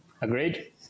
Agreed